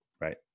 right